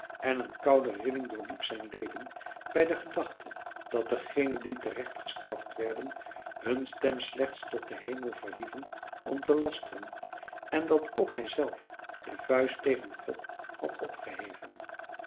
en een koude rilling doorliep zijn leden bij de gedachte dat degenen die terecht gestraft werden hun stem slechts tot den hemel verhieven om te lasteren en dat ook hij zelf de vuist tegen god had opgeheven